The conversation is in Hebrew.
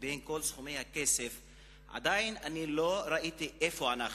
בין כל סכומי הכסף אני עדיין לא ראיתי איפה אנחנו,